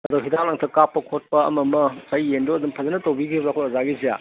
ꯑꯗꯨ ꯍꯤꯗꯥꯛ ꯂꯥꯡꯊꯛ ꯀꯥꯞꯄ ꯈꯣꯠꯄ ꯑꯃ ꯑꯃ ꯉꯁꯥꯏ ꯌꯦꯟꯗꯨ ꯑꯗꯨꯝ ꯐꯖꯅ ꯇꯧꯕꯤꯒꯤꯕ꯭ꯔꯥ ꯑꯩꯈꯣꯏ ꯑꯣꯖꯥꯒꯤꯁꯦ